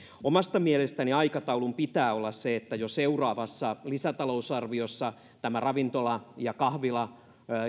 omasta mielestäni aikataulun pitää olla se että jo seuraavassa lisätalousarviossa tämmöinen ravintola ja kahvila